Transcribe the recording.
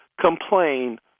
complain